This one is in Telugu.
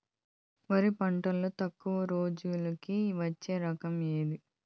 వరి పంటలో తక్కువ రోజులకి వచ్చే రకం ఏది?